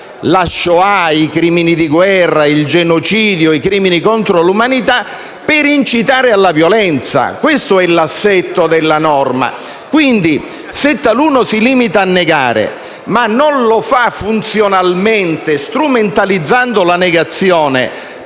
la Shoah e i crimini di guerra, di genocidio e contro l'umanità per incitare alla violenza. Questo è l'assetto della norma. Quindi, se taluno si limita a negare, ma non funzionalmente, cioè strumentalizzando la negazione